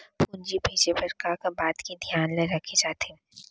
पूंजी भेजे बर का का बात के धियान ल रखे जाथे?